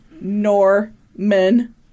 Norman